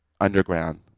underground